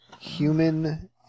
human